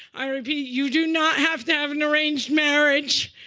i repeat, you do not have to have an arranged marriage.